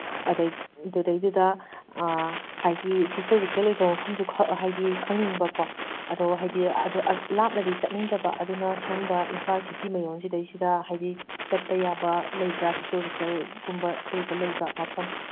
ꯑꯗꯒꯤ ꯑꯗꯨꯗꯩꯗꯨꯗ ꯍꯥꯏꯗꯤ ꯍꯤꯁꯇꯣꯔꯤꯀꯦꯜ ꯑꯣꯏꯕ ꯃꯐꯝꯁꯨ ꯈ ꯍꯥꯏꯗꯤ ꯈꯪꯅꯤꯡꯕꯀꯣ ꯑꯗꯣ ꯍꯥꯏꯗꯤ ꯑꯗꯣ ꯂꯥꯞꯅꯗꯤ ꯆꯠꯅꯤꯡꯗꯕ ꯑꯗꯨꯅ ꯁꯨꯝꯕ ꯏꯝꯐꯥꯜ ꯁꯤꯇꯤ ꯃꯌꯣꯟꯁꯤꯗꯩꯁꯤꯗ ꯍꯥꯏꯗꯤ ꯆꯠꯄ ꯌꯥꯕ ꯂꯩꯕ꯭ꯔꯥ ꯍꯤꯁꯇꯣꯔꯤꯀꯦꯜꯒꯨꯝꯕ ꯑꯀꯣꯏꯕꯗ ꯂꯩꯕ ꯃꯐꯝ